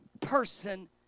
person